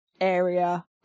area